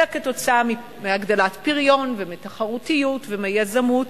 אלא כתוצאה מהגדלת פריון ומתחרותיות ומיזמות.